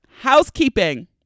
housekeeping